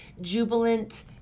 jubilant